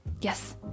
Yes